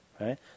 Right